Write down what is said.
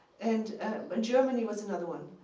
and ah germany was another one.